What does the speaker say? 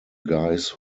guys